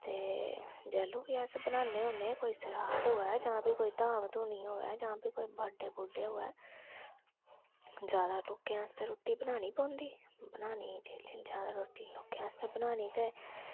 ते जैह्लूं बी अस बनान्ने होन्ने कोई सराद होऐ जां कोई फ्ही धाम धूनी होऐ जां फ्ही कोई बर्थ डे बूर्ड डे होऐ जादा लोकें आस्तै रुट्टी बनानी पौंदी बनानी जेल्लै रुट्टी जादा लोकें आस्तै बनानी ते